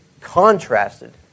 contrasted